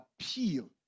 appeal